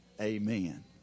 Amen